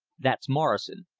that's morrison,